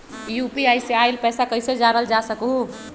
UPI से आईल पैसा कईसे जानल जा सकहु?